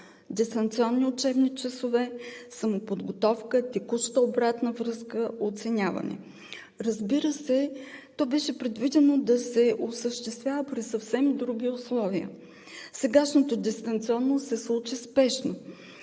дистанционни учебни часове, самоподготовка, текуща обратна връзка, оценяване. Разбира се, то беше предвидено да се осъществява при съвсем други условия. Сегашното дистанционно се случи спешно.